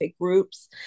groups